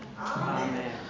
Amen